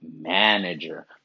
manager